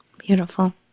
Beautiful